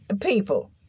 People